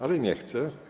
Ale nie chce.